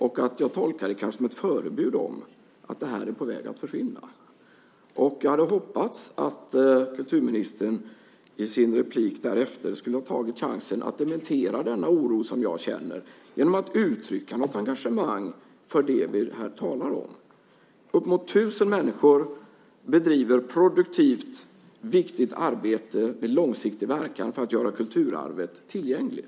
Jag kanske tolkade det som ett förebud om att det här är på väg att försvinna. Jag hade hoppats att kulturministern i sitt inlägg därefter skulle ta chansen att dementera den oro som jag känner, genom att uttrycka något engagemang för det vi här talar om. Uppemot 1 000 människor bedriver produktivt viktigt arbete med långsiktig verkan för att göra kulturarvet tillgängligt.